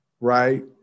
right